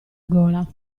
gola